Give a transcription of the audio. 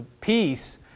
Peace